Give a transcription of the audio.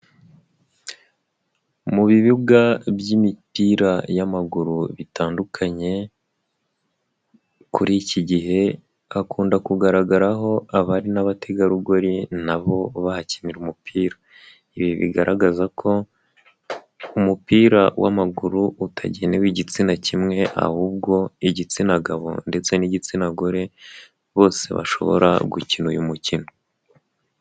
Mu bibuga by'imipira y'amaguru bitandukanye kuri iki gihe hakunda kugaragara ho abari n'abategarugori na bo bahakinira umupira ibi bigaragaza ko mupira w'amaguru utagenewe igitsina kimwe ahubwo igitsina gabo ndetse n'igitsina gore bose bashobora gukina uyu mukino.